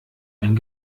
ein